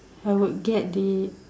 I would get the